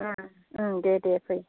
दे दे फै